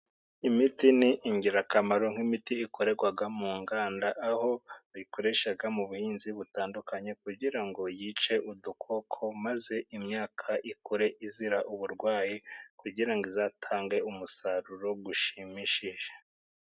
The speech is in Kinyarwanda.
Imiti ni ingirakamaro, nk'imiti ikorerwa mu nganda aho bayikoresha mu buhinzi butandukanye kugira ngo yice udukoko, maze imyaka ikure izira uburwayi kugira ngo izatange umusaruro ushimishije.